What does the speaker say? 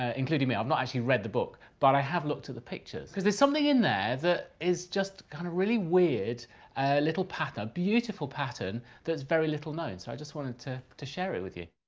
ah including me. i've not actually read the book, but i have looked at the pictures because there's something in there that is just kind of really weird, a little pattern, a beautiful pattern that's very little known. so i just wanted to to share it with you.